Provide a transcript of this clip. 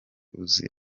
uzi